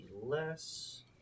less